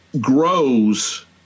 grows